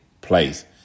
place